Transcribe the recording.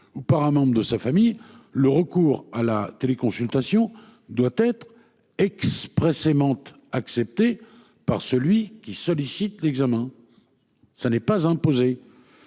ou par un membre de sa famille, le recours à la téléconsultation doit être expressément accepté par celui qui sollicite l'examen. Il n'est pas imposé.